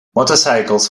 motorcycles